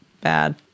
bad